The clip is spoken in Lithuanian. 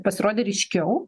pasirodė ryškiau